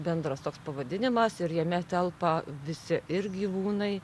bendras toks pavadinimas ir jame telpa visi ir gyvūnai